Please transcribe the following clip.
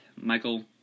Michael